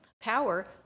power